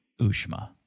Ushma